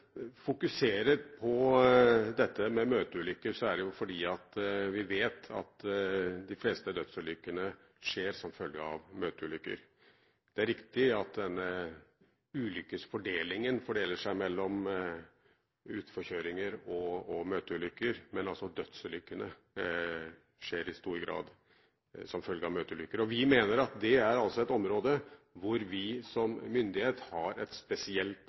på møteulykker, er det fordi vi vet at de fleste dødsulykkene skjer som følge av møteulykker. Det er riktig at denne ulykkesfordelingen er delt mellom utforkjøringer og møteulykker, men dødsulykkene skjer i stor grad som følge av møteulykker. Vi mener at det er et område hvor vi som myndighet har et spesielt